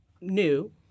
new